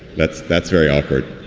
that's that's very awkward